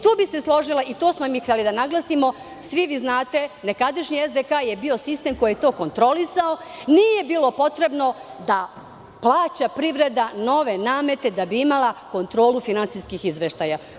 Tu bih se složila, to smo i mi hteli da naglasimo, svi vi znate, nekadašnji SDK je bio sistem koji je to kontrolisao, nije bilo potrebno da plaća privreda nove namete da bi imala kontrolu finansijskih izveštaja.